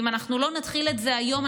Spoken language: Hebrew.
ואם לא נתחיל את זה היום,